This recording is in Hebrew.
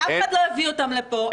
אין הבדל --- אף אחד לא הביא אותם לפה.